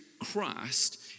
Christ